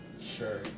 Sure